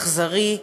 אכזרי,